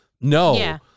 no